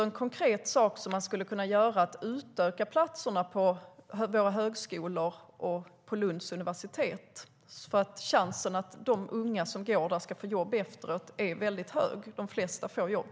En konkret sak som man skulle kunna göra är att utöka platserna på våra högskolor och på Lunds universitet, för chansen att de unga som går där ska få jobb efteråt är stor. De flesta får jobb.